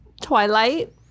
Twilight